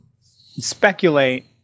speculate